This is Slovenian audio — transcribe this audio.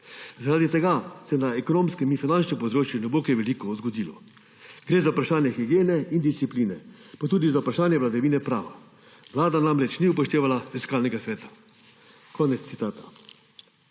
Zaradi tega se na ekonomskem in finančnem področju ne bo kaj veliko zgodilo, gre za vprašanje higiene in discipline, pa tudi za vprašanje vladavine prava. Vlada namreč ni upoštevala Fiskalnega sveta.« In kakšno